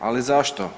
Ali zašto?